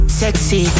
sexy